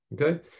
Okay